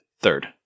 Third